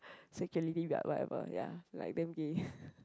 sexuality but whatever ya like damn gay